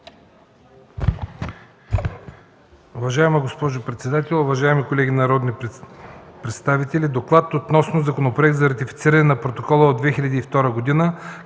Уважаема госпожо председател, уважаеми колеги народни представители! „ДОКЛАД относно Законопроект за ратифициране на Протокола от 2002 г.